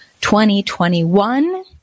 2021